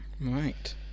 Right